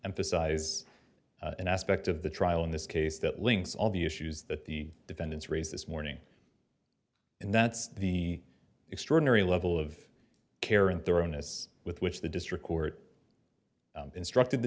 emphasize an aspect of the trial in this case that links all the issues that the defendants raised this morning and that's the extraordinary level of care in their own us with which the district court instructed the